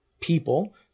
people